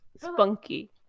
spunky